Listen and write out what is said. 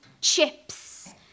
Chips